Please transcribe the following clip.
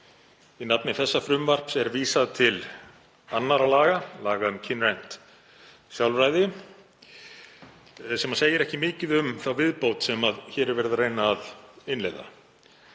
Í nafni þessa frumvarps er vísað til annarra laga, laga um kynrænt sjálfræði, sem segir ekki mikið um þá viðbót sem hér er verið að reyna að innleiða.